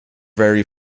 very